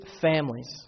families